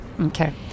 Okay